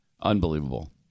unbelievable